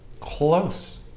close